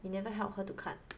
you never help her to cut